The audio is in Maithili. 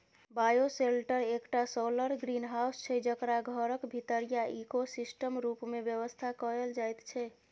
बायोसेल्टर एकटा सौलर ग्रीनहाउस छै जकरा घरक भीतरीया इकोसिस्टम रुप मे बेबस्था कएल जाइत छै